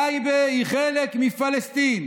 טייבה היא חלק מפלסטין.